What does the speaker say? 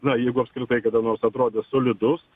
na jeigu apskritai kada nors atrodė solidus